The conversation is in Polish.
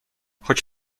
choć